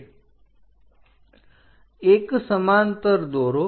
એક સમાંતર દોરો